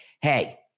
hey